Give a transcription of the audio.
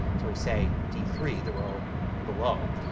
so we say d three, the row below.